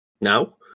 now